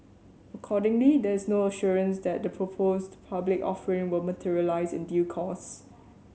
accordingly there is no assurance that the proposed public offering will materialise in due course